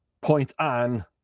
point-on